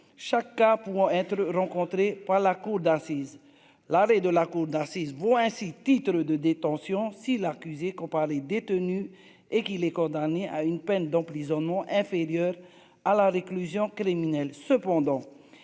chaque cas pour être rencontrés par la cour d'assises, l'arrêt de la cour d'assises, voit ainsi titre de détention si l'accusé par les détenus et qu'il est condamné à une peine d'emprisonnement inférieure à la réclusion criminelle,